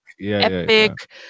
epic